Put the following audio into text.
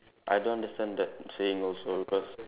I don't understand that saying also because